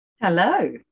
Hello